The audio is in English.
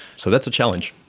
so that's a challenge.